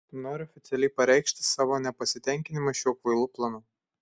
noriu oficialiai pareikšti savo nepasitenkinimą šiuo kvailu planu